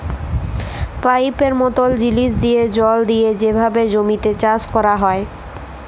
পাইপের মতল জিলিস দিঁয়ে জল দিঁয়ে যেভাবে জমিতে চাষ ক্যরা হ্যয়